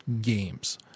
games